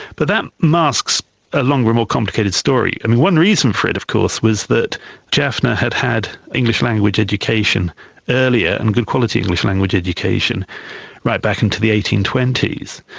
but that masks a longer and more complicated story, and one reason for it of course was that jaffna had had english language education earlier and good quality english language education right back into the eighteen twenty s.